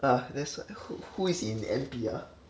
ah that's wh~ wh~ who is in N_P ah